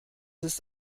ist